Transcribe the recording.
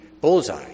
bullseye